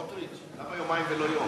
סמוטריץ, למה יומיים ולא יום?